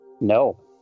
No